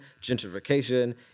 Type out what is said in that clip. gentrification